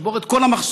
לשבור את כל המחסומים,